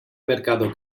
mercado